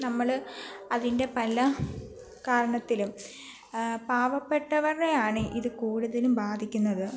നമ്മള് അതിൻ്റെ പല കാരണത്തിലും പാവപ്പെട്ടവരുടെയാണേ ഇത് കൂടുതലും ബാധിക്കുന്നത്